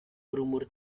berumur